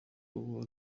ubu